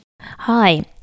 Hi